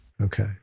Okay